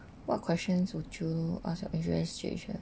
what questions would you ask your insurance situation